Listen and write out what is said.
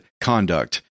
conduct